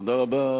תודה רבה.